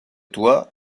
toi